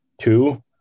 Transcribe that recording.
Two